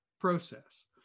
process